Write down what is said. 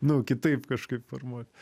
nu kitaip kažkaip formuot